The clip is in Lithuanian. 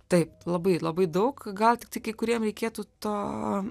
taip labai labai daug gal tiktai kai kuriem reikėtų to